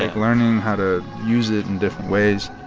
like learning how to use it in different ways.